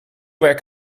werk